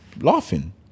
laughing